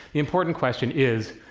the important question is,